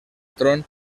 tron